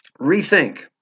rethink